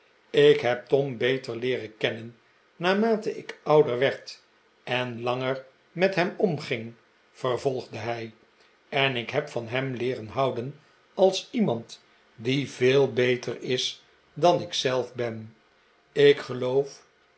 ik heb tom beter leeren kennen naarmate ik ouder werd en langer met hem omging vervolgde hij en ik heb van hem leeren houden als iemand die veel beter is dan ik zelf ben ik geloof